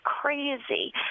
crazy